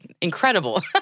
incredible